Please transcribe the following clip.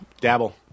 Dabble